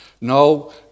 No